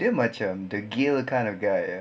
dia macam degil kind of guy ya